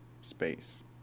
space